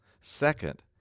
Second